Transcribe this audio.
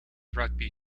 rugby